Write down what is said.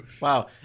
wow